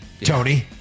tony